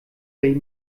ray